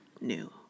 new